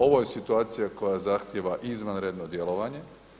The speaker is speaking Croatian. Ovo je situacija koja zahtijeva izvanredno djelovanje.